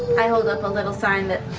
i hold up a little sign that